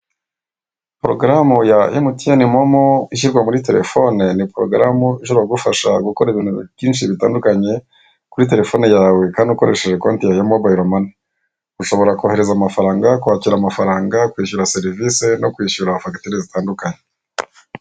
Porogaramu ya emutiyene momo ishyirwa muri telefone ni poragaramu ishobora kugufasha gukora ibintu byinshi bitandukanye kuri telefone yawe kandi ukoresheje konte yawe ya mobayiromani, ushobora kohereza amafaranga, kwakira amafaranga, kwishyura serivise no kwishyura fagitire zitandukanye.